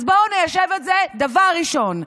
אז בואו ניישב את זה דבר ראשון.